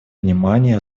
внимание